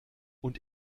und